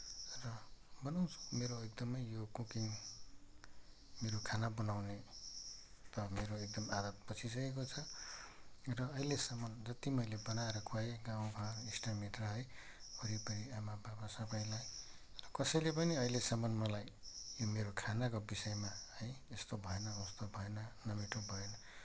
र बनाउँछु मेरो एकदमै यो कुकिङ मेरो खाना बनाउने त मेरो एकदम आदत बसिसकेको छ र अहिलेसम्म जत्ति मैले बनाएर खुवाएँ गाउँमा इष्टमित्र है वरिपरि आमा बाबा सबैलाई र कसैले पनि अहिलेसम्म मलाई यो मेरो खानाको विषयमा है यस्तो भएन उस्तो भएन नमिठो भयो